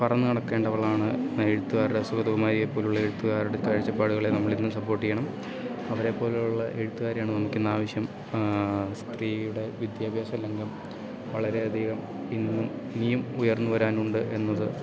പറന്ന് നടക്കേണ്ടവളാണ് എഴുത്തുകാരുടെ സുഗതകുമാരിയെ പോലുള്ള എഴുത്തുകാരുടെ കാഴ്ചപ്പാടുകളെ നമ്മളിന്നും സപ്പോർട്ട് ചെയ്യണം അവരെ പോലുള്ള എഴുത്തുകാരെയാണ് നമുക്കിന്ന് ആവശ്യം സ്ത്രീയുടെ വിദ്യാഭ്യാസ ലംഘം വളരെയധികം ഇന്നും ഇനിയും ഉയർന്ന് വരാനുണ്ട് എന്നത്